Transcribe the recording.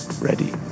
ready